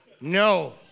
No